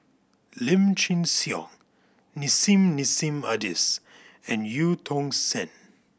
Lim Chin Siong Nissim Nassim Adis and Eu Tong Sen